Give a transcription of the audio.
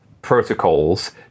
protocols